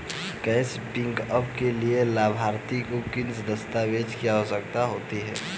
Cash pickup के लिए लाभार्थी को किन दस्तावेजों की आवश्यकता होगी?